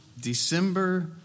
December